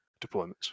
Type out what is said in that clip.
deployments